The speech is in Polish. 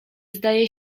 zdaje